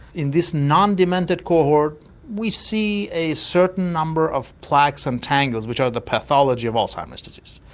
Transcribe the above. in this non-demented cohort we see a certain number of plaques and tangles which are the pathology of alzheimer's disease.